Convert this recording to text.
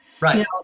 right